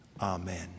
Amen